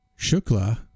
Shukla